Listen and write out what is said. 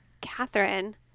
Catherine